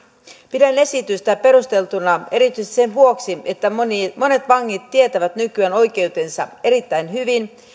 pidän esitystä perusteltuna erityisesti sen vuoksi että monet vangit tietävät nykyään oikeutensa erittäin hyvin